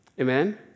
Amen